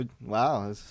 Wow